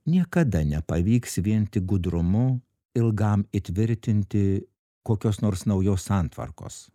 niekada nepavyks vien tik gudrumu ilgam įtvirtinti kokios nors naujos santvarkos